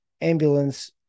ambulance